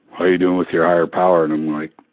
how you doing with your higher power and i'm like